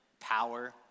power